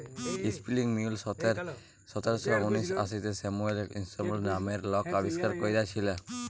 spinning mule সতের শ উনআশিতে স্যামুয়েল ক্রম্পটল লামের লক আবিষ্কার ক্যইরেছিলেল